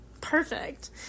Perfect